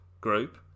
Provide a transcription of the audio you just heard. group